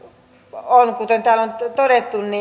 kuten täällä on todettu